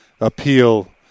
appeal